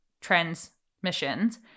transmissions